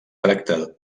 tracta